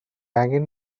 angen